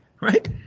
Right